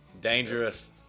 Dangerous